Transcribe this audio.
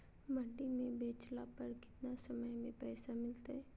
मंडी में बेचला पर कितना समय में पैसा मिलतैय?